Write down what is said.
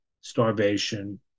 starvation